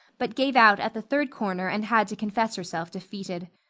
but gave out at the third corner and had to confess herself defeated.